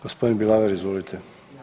Gospodin Bilaver izvolite.